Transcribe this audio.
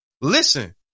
Listen